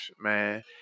man